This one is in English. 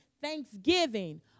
Thanksgiving